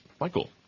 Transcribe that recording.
Michael